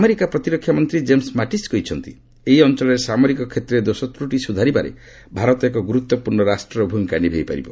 America ପ୍ରତିରକ୍ଷା ମନ୍ତ୍ରୀ James Mattis କହିଛନ୍ତି ଏହି ଅଞ୍ଚଳରେ ସାମରିକ କ୍ଷେତ୍ରରେ ଦୋଷତ୍ରଟି ସୁଧାରିବାରେ ଭାରତ ଏକ ଗୁରୁତ୍ୱପୂର୍ଣ୍ଣ ରାଷ୍ଟ୍ରର ଭୂମିକା ନିଭାଇ ପାରିବ